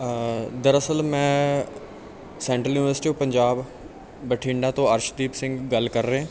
ਦਰਅਸਲ ਮੈਂ central university of Punjab Bathinda ਤੋਂ ਅਰਸ਼ਦੀਪ ਸਿੰਘ ਗੱਲ ਕਰ ਰਿਹਾ